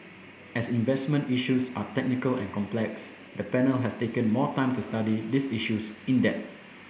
as investment issues are technical and complex the panel has taken more time to study these issues in depth